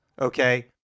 okay